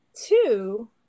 Two